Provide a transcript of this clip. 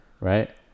right